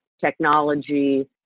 technology